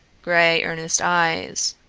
gray, earnest eyes.